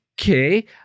okay